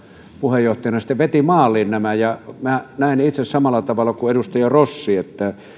puheenjohtajana sitten veti maaliin nämä näen itse samalla tavalla kuin edustaja rossi että